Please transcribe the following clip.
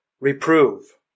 Reprove